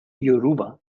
yoruba